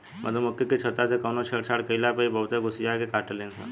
मधुमखी के छत्ता से कवनो छेड़छाड़ कईला पर इ बहुते गुस्सिया के काटेली सन